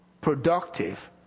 Productive